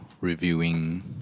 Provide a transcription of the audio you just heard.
Reviewing